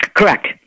Correct